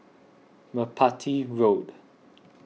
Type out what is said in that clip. Merpati Road